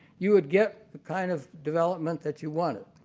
you would get the kind of development that you wanted.